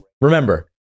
remember